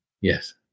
Yes